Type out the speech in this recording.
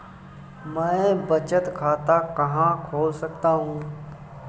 मैं बचत खाता कहाँ खोल सकता हूँ?